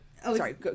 Sorry